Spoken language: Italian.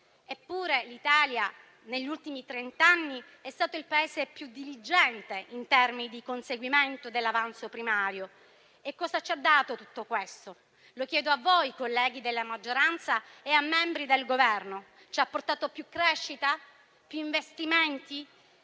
Eppure, l'Italia negli ultimi trent'anni è stato il Paese più diligente in termini di conseguimento dell'avanzo primario. Che cosa ci ha dato tutto questo? Lo chiedo a voi, colleghi della maggioranza e membri del Governo. Ci ha portato più crescita, più investimenti,